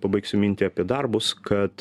pabaigsiu mintį apie darbus kad